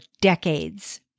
decades